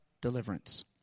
deliverance